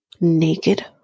naked